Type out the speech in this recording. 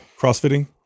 Crossfitting